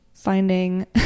finding